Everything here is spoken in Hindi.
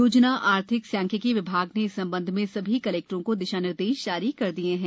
योजना आर्थिक सांख्यिकी विभाग ने इस संबंध में सभी कलेक्टरों को दिशा निर्देश जारी कर दिये हैं